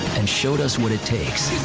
and showed us what it takes